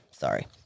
Sorry